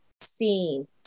seen